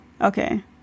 okay